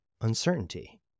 uncertainty